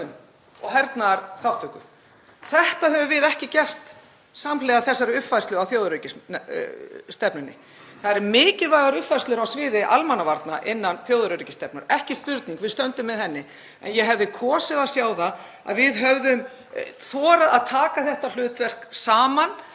og hernaðarþátttöku. Þetta höfum við ekki gert samhliða þessari uppfærslu á þjóðaröryggisstefnunni. Það eru mikilvægar uppfærslur á sviði almannavarna innan þjóðaröryggisstefnunnar, ekki spurning, við stöndum með því. En ég hefði kosið að sjá það að við hefðum þorað að taka þetta hlutverk saman,